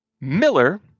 Miller